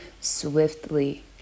swiftly